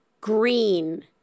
green